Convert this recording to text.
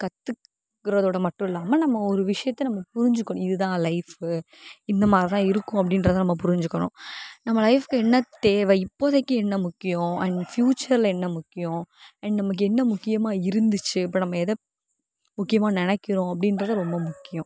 கற்றுக் குறதோட மட்டும் இல்லாமல் நம்ம ஒரு விஷியத்தை புரிஞ்சுக்கணும் இது தான் லைஃப்பு இந்த மாதிரி தான் இருக்கும் அப்படின்றதை நம்ம புரிஞ்சுக்கணும் நம்ம லைஃப்க்கு என்ன தேவை இப்போதைக்கு என்ன முக்கியம் அண்ட் ஃபியூச்சரில் என்ன முக்கியம் அண்ட் நமக்கு என்ன முக்கியமாக இருந்துச்சு இப்போ நம்ம எதை முக்கியமாக நினைக்கிறோம் அப்படின்றது ரொம்ப முக்கியம்